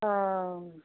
অ